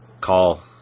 call